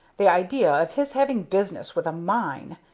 the idea of his having business with a mine!